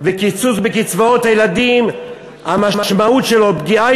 והקיצוץ בקצבאות הילדים המשמעות שלו היא פגיעה